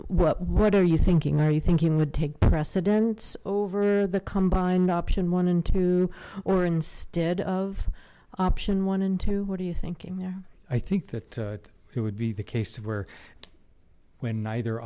what what are you thinking are you thinking would take precedence over the combined option one and two or instead of option one and two what are you thinking there i think that it would be the case of where when neither